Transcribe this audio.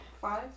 Five